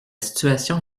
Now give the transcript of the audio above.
situation